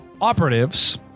operatives